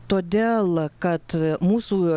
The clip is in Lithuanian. todėl kad mūsų